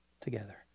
together